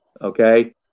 okay